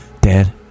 Dad